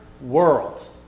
world